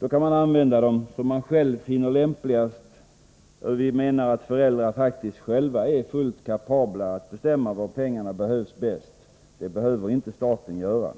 Då kan man använda dem till det man finner lämpligast. Vi menar att föräldrar faktiskt själva är fullt kapabla att avgöra var pengarna behövs bäst. Det behöver inte staten göra.